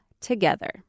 together